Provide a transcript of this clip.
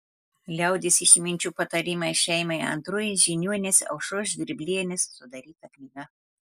liaudies išminčių patarimai šeimai antroji žiniuonės aušros žvirblienės sudaryta knyga